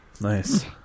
Nice